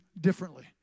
differently